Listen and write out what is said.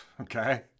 Okay